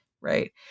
right